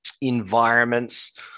environments